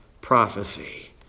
prophecy